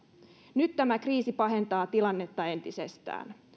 nyt tämä kriisi pahentaa tilannetta entisestään